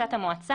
לבקשת המועצה,